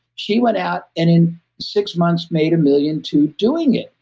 she went out, and in six months, made a million to doing it.